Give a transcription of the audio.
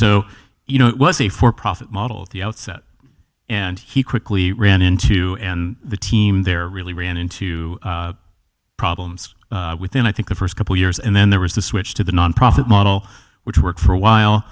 so you know it was a for profit model at the outset and he quickly ran into and the team there really ran into problems within i think the st couple years and then there was the switch to the nonprofit model which worked for a while